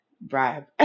Bribe